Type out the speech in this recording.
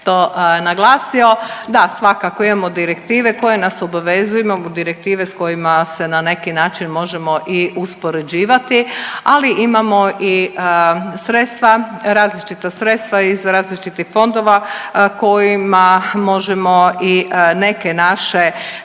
je to naglasio, da svakako imamo direktive koje nas obvezuju, imamo direktive s kojima se na neki način možemo i uspoređivati, ali imamo i sredstva, različita sredstva iz različitih fondova kojima možemo i neke naše